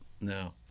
no